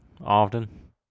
often